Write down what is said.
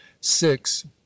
six